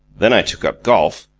then i took up golf,